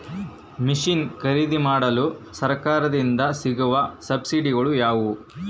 Mission ಖರೇದಿಮಾಡಲು ಸರಕಾರದಿಂದ ಸಿಗುವ ಸಬ್ಸಿಡಿಗಳು ಯಾವುವು?